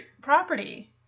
property